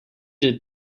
did